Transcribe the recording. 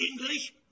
english